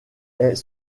est